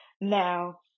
Now